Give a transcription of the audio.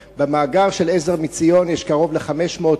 במאגר של "עזר מציון" יש קרוב ל-500,000,